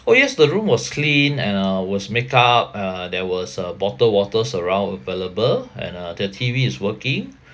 oh yes the room was clean and uh was make up and uh there was uh bottle waters around available and uh the T_V is working